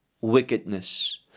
wickedness